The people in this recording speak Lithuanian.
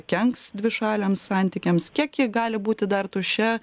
kenks dvišaliams santykiams kiek ji gali būti dar tuščia